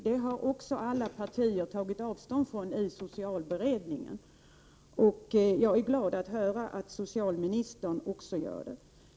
Detta har också alla partier tagit avstånd från i socialberedningen, och jag är glad att höra att socialministern också gör det.